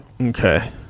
Okay